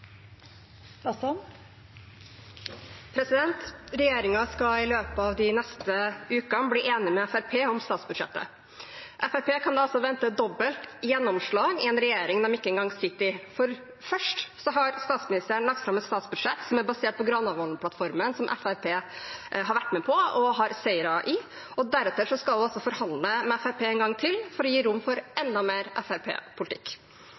de neste ukene bli enig med Fremskrittspartiet om statsbudsjettet. Fremskrittspartiet kan da altså vente dobbelt gjennomslag i en regjering de ikke engang sitter i, for først har statsministeren lagt fram et statsbudsjett som er basert på Granavolden-plattformen, som Fremskrittspartiet har vært med på og har seire i, og deretter skal hun forhandle med Fremskrittspartiet en gang til for å gi rom for